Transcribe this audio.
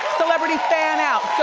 celebrity fan out.